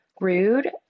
rude